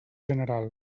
general